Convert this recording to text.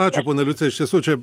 ačiū ponia liucija iš tiesų čia